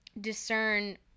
discern